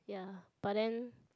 ya but then